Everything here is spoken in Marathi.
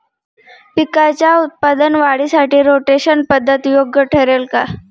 पिकाच्या उत्पादन वाढीसाठी रोटेशन पद्धत योग्य ठरेल का?